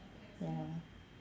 ya